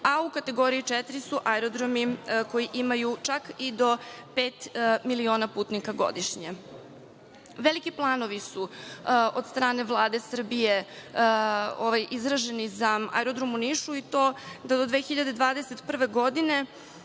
a u kategoriji 4 su aerodromi koji imaju čak i do pet miliona putnika godišnje. Veliki planovi su od strane Vlade Srbije izraženi za aerodrom u Nišu, i to da do 2021. godine